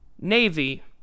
Navy